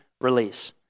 release